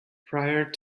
prior